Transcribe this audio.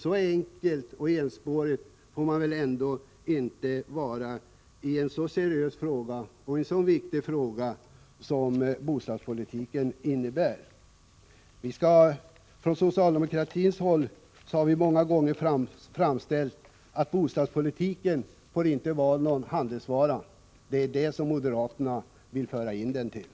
Så enkelspårigt får man väl ändå inte resonera när det gäller en så viktig fråga som bostadspolitiken. Från socialdemokratiskt håll har vi många gånger framfört att man i bostadspolitiken inte får utgå från att bostaden är en handelsvara. Det är ett sådant synsätt moderaterna nu vill föra in i debatten.